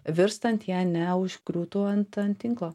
virstant jie neužgriūtų ant ant tinklo